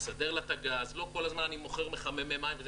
לא אנחנו נתנו כאלה אירועים וגם